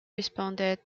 responded